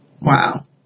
Wow